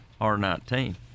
r19